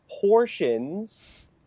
portions